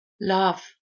Love